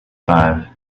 five